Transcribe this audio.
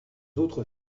autres